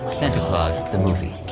santa claus the movie.